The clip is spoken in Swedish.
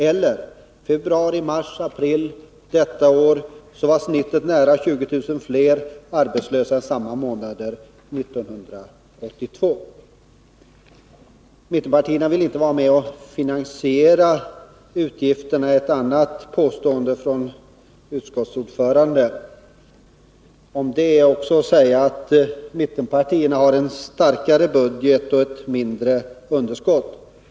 Under månaderna februari-mars-april i år var i genomsnitt nära 20 000 fler arbetslösa än samma månader 1982. Mittenpartierna vill inte vara med och finansiera utgifterna, det är ett annat påstående från utskottets ordförande. Om det kan jag säga att mittenpartierna har en starkare budget och ett mindre underskott än regeringen har.